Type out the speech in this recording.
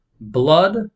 blood